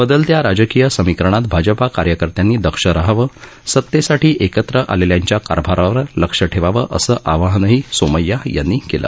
बदलत्या राजकीय समीकरणात भाजपा कार्यकर्त्यांनी दक्ष राहावं सतेसाठी एकत्र आलेल्यांच्या कारभारावर लक्ष ठेवावं असं आवाहनही सोमैय्या यांनी केलं